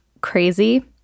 crazy